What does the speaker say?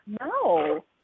no